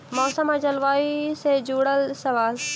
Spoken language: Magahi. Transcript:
मौसम और जलवायु से जुड़ल सवाल?